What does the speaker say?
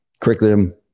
curriculum